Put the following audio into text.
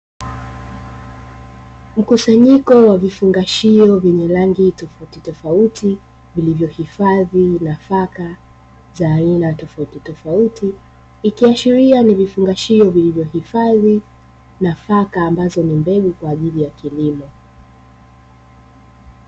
Mkusanyiko wa vifungashio venye rangi tofauti tofauti, vilivyohifadhi nafaka za aina tofauti tofauti ikihashiria ni vifungashio vilivyohifadhi nafaka ambazo ni mbegu kwa ajili ya kilimo .